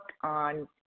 on